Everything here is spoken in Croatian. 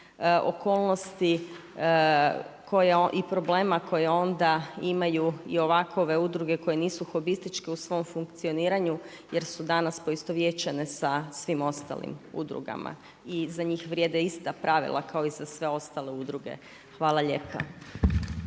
i problema koje onda imaju i ovakve udruge koje nisu hobističke u svom funkcioniranju jer su danas poistovjećenje sa svim ostalim udrugama i za njih vrijede ista pravila kao i za sve ostale udruge. Hvala lijepa.